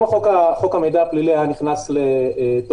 אם חוק המידע הפלילי היה נכנס לתוקף,